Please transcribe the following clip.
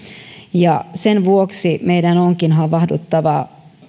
ja sen vuoksi meidän onkin havahduttava